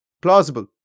plausible